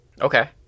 Okay